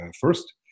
first